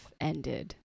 ended